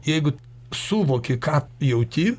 jeigu suvoki ką jauti